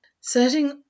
Setting